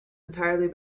entirely